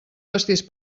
pastís